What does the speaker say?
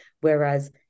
Whereas